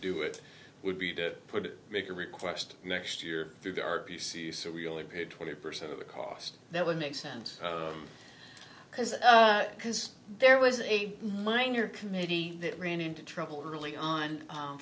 do it would be to put it make a request next year through the r p c so we only paid twenty percent of the cost that would make sense because that because there was a minor committee that ran into trouble early on